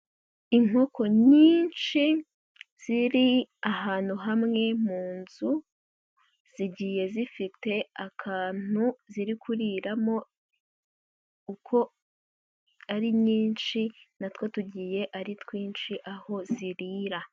Inkoko nyinshi ziri ahantu hamwe mu nzu, zigiye zifite akantu ziri kuriramo uko ari nyinshi na two tugiye ari twinshi aho zirira.